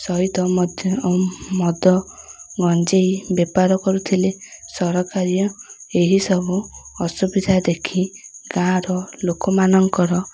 ସହିତ ମଧ୍ୟ ମଦ ଗଞ୍ଜେଇ ବେପାର କରୁଥିଲେ ସରକାରୀ ଏହିସବୁ ଅସୁବିଧା ଦେଖି ଗାଁର ଲୋକମାନଙ୍କର